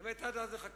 זאת אומרת, עד אז נחכה.